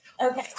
Okay